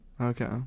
Okay